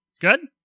Good